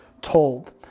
told